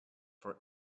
for